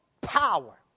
power